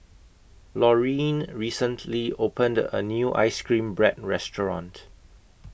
Loreen recently opened A New Ice Cream Bread Restaurant